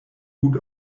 gut